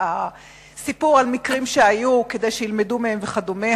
סיפור על מקרים שהיו כדי שילמדו מהם וכדומה,